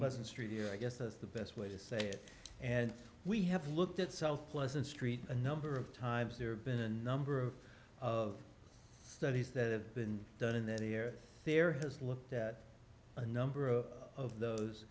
unpleasant street here i guess that's the best way to say it and we have looked at south pleasant street a number of times there have been a number of studies that have been done in that here there has looked at a number of of those